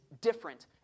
different